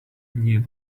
new